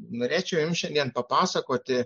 norėčiau jums šiandien papasakoti